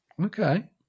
Okay